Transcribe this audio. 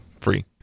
free